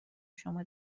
شما